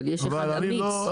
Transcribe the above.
אבל יש אחד אמיץ.